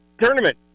tournament